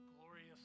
glorious